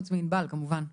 חוץ מעינבל, כמובן.